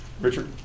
Richard